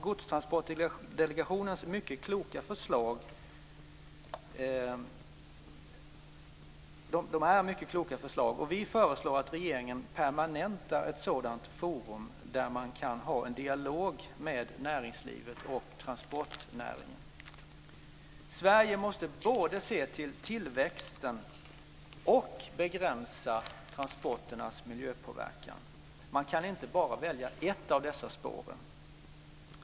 Godstransportdelegationens förslag är mycket kloka, och vi föreslår att regeringen permanentar ett sådant forum där man kan ha en dialog med näringslivet och transportnäringen. Sverige måste både se till tillväxten och begränsa transporternas miljöpåverkan. Man kan inte välja bara ett av dessa spår.